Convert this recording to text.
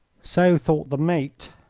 so thought the mate,